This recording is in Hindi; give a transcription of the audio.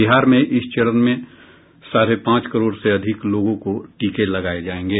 बिहार में इस चरण में साढ़े पांच करोड़ से अधिक लोगों को टीके लगाये जायेंगे